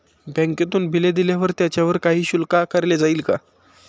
बँकेतून बिले दिल्यावर त्याच्यावर काही शुल्क आकारले जाईल का?